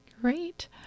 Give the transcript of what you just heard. Great